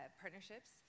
partnerships